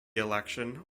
election